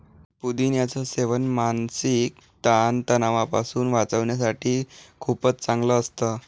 पुदिन्याच सेवन मानसिक ताण तणावापासून वाचण्यासाठी खूपच चांगलं असतं